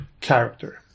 character